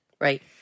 Right